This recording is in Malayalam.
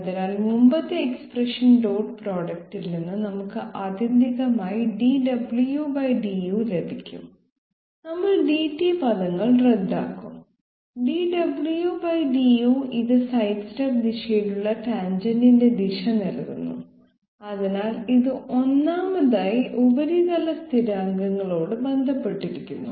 അതിനാൽ മുമ്പത്തെ എക്സ്പ്രഷൻ ഡോട്ട് പ്രോഡക്റ്റിൽ നിന്ന് നമുക്ക് ആത്യന്തികമായി dwdu ലഭിക്കും നമ്മൾ dt പദങ്ങൾ റദ്ദാക്കും dwdu ഇത് സൈഡ്സ്റ്റെപ്പ് ദിശയിലുള്ള ടാൻജെന്റിന്റെ ദിശ നൽകുന്നു അതിനാൽ ഇത് ഒന്നാമതായി ഉപരിതല സ്ഥിരാങ്കങ്ങളോട് ബന്ധപ്പെട്ടിരിക്കുന്നു